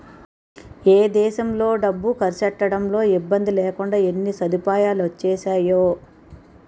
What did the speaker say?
ఏ దేశంలో డబ్బు కర్సెట్టడంలో ఇబ్బందిలేకుండా ఎన్ని సదుపాయాలొచ్చేసేయో